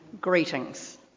greetings